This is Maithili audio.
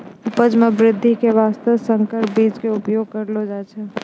उपज मॅ वृद्धि के वास्तॅ संकर बीज के उपयोग करलो जाय छै